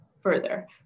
further